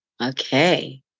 okay